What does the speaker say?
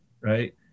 right